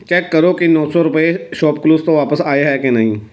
check ਕਰੋ ਕਿ ਨੌ ਸੌ ਰੁਪਏ ਸ਼ੌਪਕਲੂਜ਼ ਤੋਂ ਵਾਪਸ ਆਏ ਹੈ ਕਿ ਨਹੀਂ